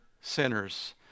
sinners